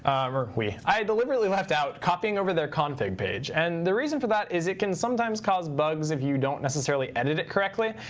we, i deliberately left out copying over their config page. and the reason for that is it can sometimes cause bugs if you don't necessarily edit it correctly.